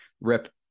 rip